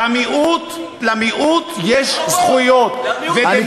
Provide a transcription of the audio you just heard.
למיעוט יש זכויות, למיעוט יש חובות.